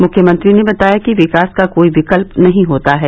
मुख्यमंत्री ने बताया कि विकास का कोई विकल्प नहीं होता है